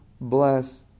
bless